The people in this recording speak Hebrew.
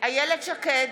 איילת שקד,